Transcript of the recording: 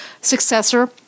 successor